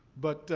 but,